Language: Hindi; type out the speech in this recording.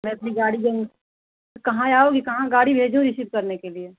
मैं अपनी गाड़ी दें कहाँ आओगी कहाँ गाड़ी भेजूँ रीसीव करने के लिए